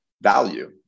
value